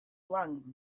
flung